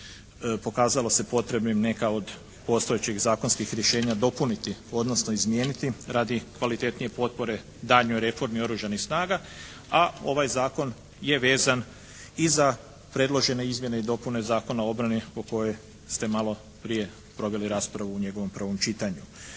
pokazalo se potrebnim neka od postojećih zakonskih rješenja dopuniti, odnosno izmijeniti radi kvalitetnije potpore daljnjoj reformi oružanih snaga, a ovaj Zakon je vezan i za predložene izmjene i dopune Zakona o obrani o kojoj ste maloprije proveli raspravu u njegovom prvom čitanju.